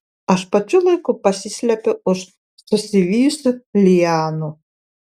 aš pačiu laiku pasislepiu už susivijusių lianų